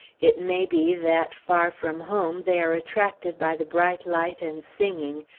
it may be that, far from home, they are attracted by the bright light and singing,